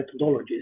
methodologies